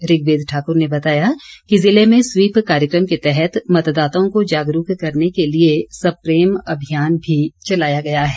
ऋग्वेद ठाकुर ने बताया कि जिले में स्वीप कार्यक्रम के तहत मतदाताओं को जागरूक करने के लिए सप्रेम अभियान भी चलाया गया है